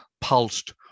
pulsed